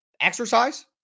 exercise